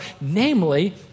namely